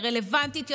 לרלוונטית יותר,